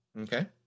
Okay